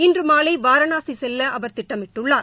இன்று மாலை வாரணாசி செல்ல அவர் திட்டமிட்டுள்ளார்